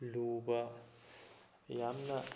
ꯂꯨꯕ ꯌꯥꯝꯅ